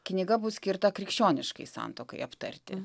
knyga bus skirta krikščioniškai santuokai aptarti